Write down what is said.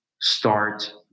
start